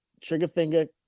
Triggerfinger